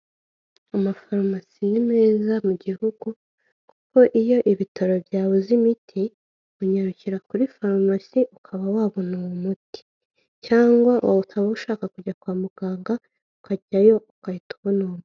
Amafaromasi ni meza mu gihugu, kuko iyo ibitaro byabuze imiti, unyarukira kuri faromasi ukaba wabona uwo umuti, cyangwa wa utaba ushaka kujya kwa muganga ukajyayo ukahita ubona uwo muti.